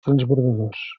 transbordadors